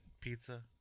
pizza